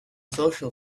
social